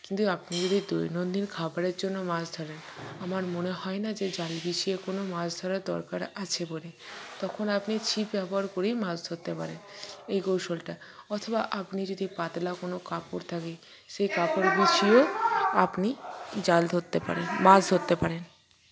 কিন্তু আপনি যদি দৈনন্দিন খাবারের জন্য মাছ ধরেন আমার মনে হয় না যে জাল বিছিয়ে কোনো মাছ ধরার দরকার আছে বলে তখন আপনি ছিপ ব্যবহার করেই মাছ ধরতে পারেন এই কৌশলটা অথবা আপনি যদি পাতলা কোনো কাপড় থাকে সেই কাপড় বিছিয়েও আপনি জাল ধরতে পারেন মাছ ধরতে পারেন